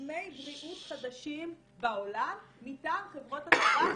מקדמי בריאות חדשים בעולם מטעם חברות הטבק.